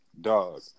Dog